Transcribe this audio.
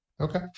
Okay